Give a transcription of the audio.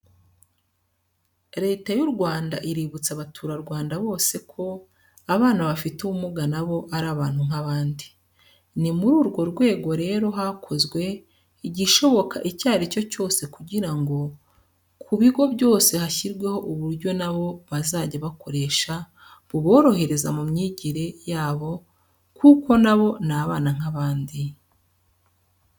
Leta y'u Rwanda iributsa abaturarwanda bose ko abana bafite ubumuga na bo ari abantu nk'abandi. Ni muri urwo rwego rero, hakozwe igishoboka icyo ari cyo cyose kugira ngo ku bigo byose hashyirweho uburyo na bo bazajya bakoresha buborohereza mu myigire yabo kuko na bo ni abana nk'abandi.